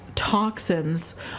Toxins